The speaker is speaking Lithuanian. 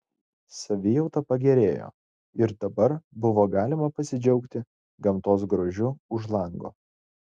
savijauta pagerėjo ir dabar buvo galima pasidžiaugti gamtos grožiu už lango